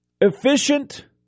Efficient